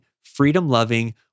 freedom-loving